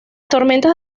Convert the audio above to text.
tormentas